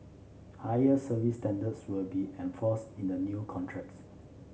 higher service standards will be enforced in the new contracts